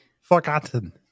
forgotten